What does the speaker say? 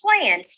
plan